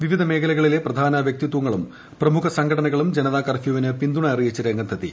വിവിധ മേഖലകളിലെ പ്രധാന വൃക്തിത്വങ്ങളും പ്രമുഖ സംഘടനകളും ജനതാ കർഫ്യൂവിന് പിന്തുണ അറിയിച്ച് രംഗത്തെത്തി